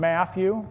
Matthew